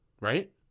right